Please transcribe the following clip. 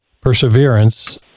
perseverance